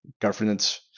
governance